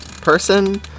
person